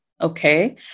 Okay